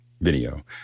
video